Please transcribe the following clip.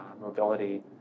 mobility